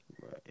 Right